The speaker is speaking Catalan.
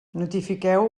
notifiqueu